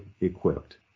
equipped